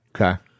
Okay